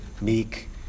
meek